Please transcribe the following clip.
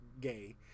Gay